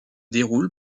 déroule